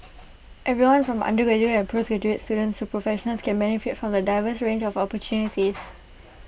everyone from undergraduate and postgraduate students to professionals can benefit from the diverse range of opportunities